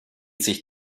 sich